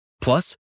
Plus